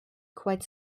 quite